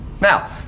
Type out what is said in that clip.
Now